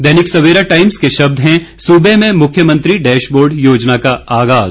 दैनिक Savera Times के शब्द हैं सूबे में मुख्यमंत्री डैश बोर्ड योजना का आगाज